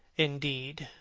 indeed,